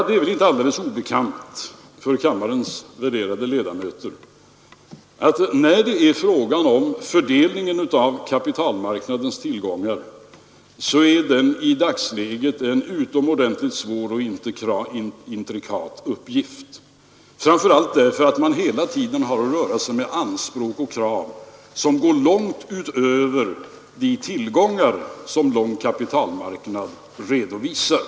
Det är väl inte alldeles obekant för kammarens värderade ledamöter att fördelningen av kapitalmarknadens I tillgångar i dagsläget är en utomordentligt svår och intrikat uppgift, Allmänna pensionsframför allt därför att man hela tiden har att röra sig med anspråk och fondens förvaltning, krav som går långt utöver de tillgångar som den långa kapitalmarknaden = m.m. redovisar.